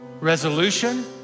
resolution